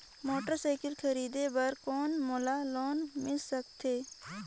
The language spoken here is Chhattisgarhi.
मोटरसाइकिल खरीदे बर कौन मोला लोन मिल सकथे?